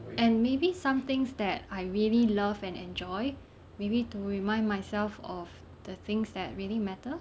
and maybe some things that I really love and enjoy maybe to remind myself of the things that really matter